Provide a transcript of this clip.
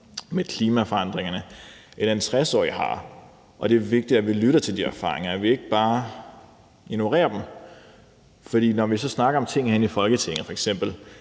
med klimaforandringerne, end en 60-årig har. Og det er vigtigt, at vi lytter til de erfaringer, og at vi ikke bare ignorerer dem. For når vi så snakker om ting herinde i Folketinget, f.eks.